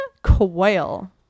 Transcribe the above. quail